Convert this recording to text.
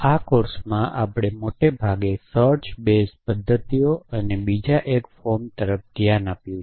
આ કોર્સમાં આપણે મોટે ભાગે સર્ચ બેઝ પદ્ધતિઓ અને બીજા 1 ફોર્મ તરફ ધ્યાન આપ્યું છે